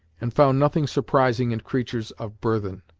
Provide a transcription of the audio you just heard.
and found nothing surprising in creatures of burthen.